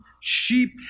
sheep